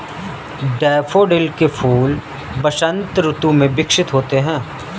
daffodil के फूल वसंत ऋतु में विकसित होते हैं